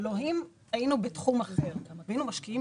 הלוא אם היינו בתחום אחר היינו משקיעים